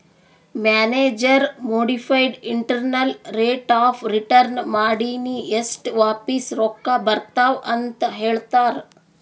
manager modified internal rate of return ಮಾಡಿನೆ ಎಸ್ಟ್ ವಾಪಿಸ್ ರೊಕ್ಕಾ ಬರ್ತಾವ್ ಅಂತ್ ಹೇಳ್ತಾರ್